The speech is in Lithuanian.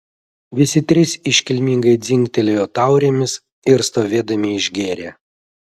visi trys iškilmingai dzingtelėjo taurėmis ir stovėdami išgėrė